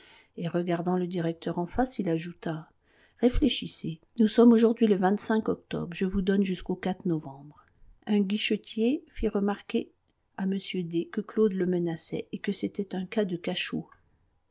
et regardant le directeur en face il ajouta réfléchissez nous sommes aujourd'hui le octobre je vous donne jusquau novembre un guichetier fit remarquer à m d que claude le menaçait et que c'était un cas de cachot